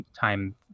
time